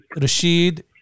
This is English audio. Rashid